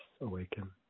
awaken